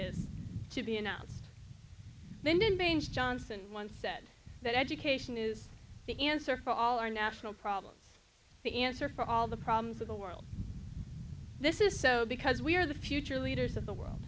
is to be announced then in baines johnson once said that education is the answer for all our national problems the answer for all the problems of the world this is so because we are the future leaders of the world